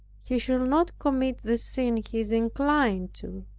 he should not commit the sin he is inclined to,